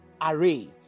array